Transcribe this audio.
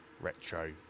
retro